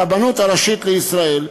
הרבנות הראשית לישראל,